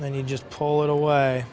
and then you just pull it away